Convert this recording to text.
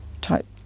type